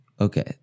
Okay